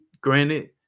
Granted